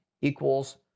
equals